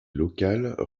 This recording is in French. locale